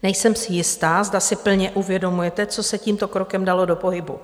Nejsem si jistá, zda si plně uvědomujete, co se tímto krokem dalo do pohybu.